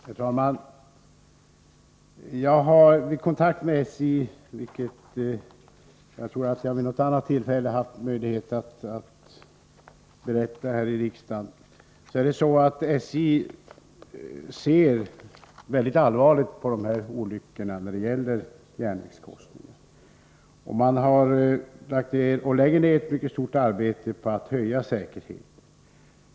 Herr talman! Jag har vid kontakt med SJ, vilket jag tror att jag haft möjlighet att berätta här i riksdagen vid något annat tillfälle, fått klart för mig att SJ ser mycket allvarligt på olyckor i järnvägskorsningar. Man har lagt ned och lägger ned ett mycket stort arbete på att höja säkerheten.